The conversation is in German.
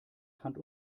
hand